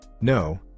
No